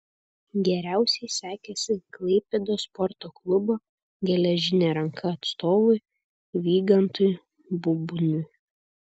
geriausiai sekėsi klaipėdos sporto klubo geležinė ranka atstovui vygantui bubniui